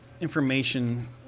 information